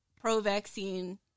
pro-vaccine